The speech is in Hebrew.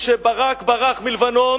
כשברק ברח מלבנון